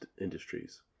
Industries